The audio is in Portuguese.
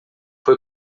foi